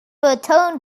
return